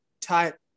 type